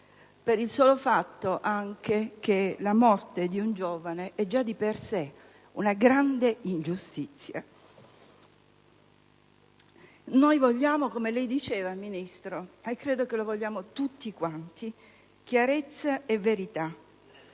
per il solo fatto che la morte di un giovane è già di per sé una grande ingiustizia. Vogliamo - come lei diceva Ministro, ma credo che lo vogliano tutti - chiarezza e verità.